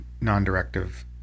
non-directive